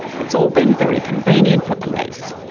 it's all been very convenient for police.